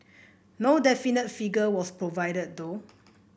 no definite figure was provided though